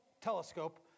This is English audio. telescope